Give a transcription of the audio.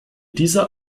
dieser